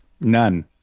none